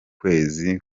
kwezi